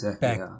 back